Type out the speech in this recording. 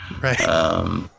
Right